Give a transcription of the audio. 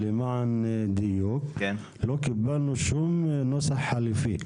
לא קיבלנו שום נוסח חליפי.